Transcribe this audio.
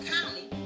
County